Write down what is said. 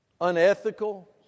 unethical